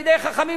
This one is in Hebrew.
תלמידי חכמים,